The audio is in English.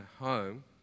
home